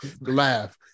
laugh